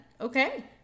Okay